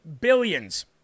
billions